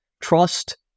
Trust